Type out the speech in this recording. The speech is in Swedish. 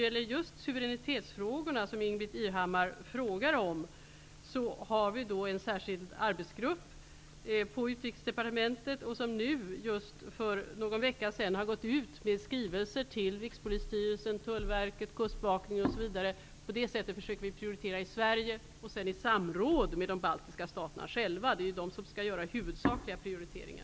Irhammar har tagit upp finns det ens särskild arbetsgrupp inom Utrikesdepartementet som för någon vecka sedan gick ut med en skrivelse till Rikspolisstyrelsen, Tullverket, Kustbevakningen osv. På det sättet försöker vi i Sverige att prioritera i samråd med de baltiska staterna. Det är ju de som skall göra den huvudsakliga prioriteringen.